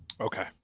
Okay